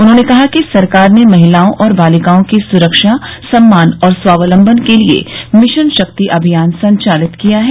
उन्होंने कहा कि सरकार ने महिलाओं और बालिकाओं की सुरक्षा सम्मान और स्वावलंबन के लिए मिशन शक्ति अभियान संचालित किया है